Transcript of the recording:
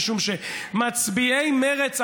משום שמצביעי מרצ,